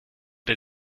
der